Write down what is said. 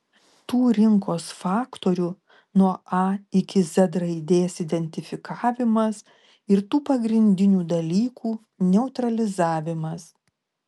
tų rinkos faktorių nuo a iki z raidės identifikavimas ir tų pagrindinių dalykų neutralizavimas